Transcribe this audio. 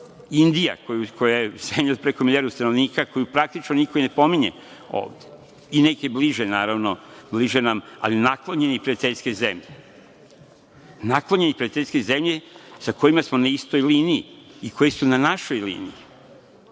Indija koja je zemlja od preko milijardu stanovnika koju praktično niko i ne pominje ovde i neke bliže, naravno, bliže nam ali naklonjene prijateljski zemlje. Naklonjene prijateljske zemlje, sa kojima smo na istoj liniji i koje su na našoj liniji,